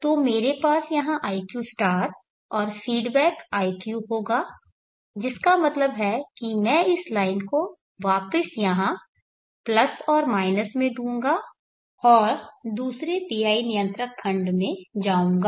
तो मेरे पास यहां iq और फीडबैक iq होगा जिसका मतलब है कि मैं इस लाइन को वापस यहां प्लस और माइनस में दूंगा और दूसरे PI नियंत्रक खंड में जाऊंगा